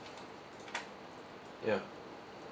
ya